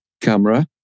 camera